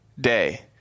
day